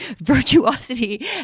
virtuosity